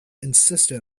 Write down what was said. insisted